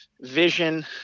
vision